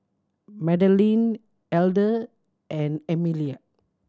Madeleine Elder and Emelia